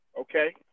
Okay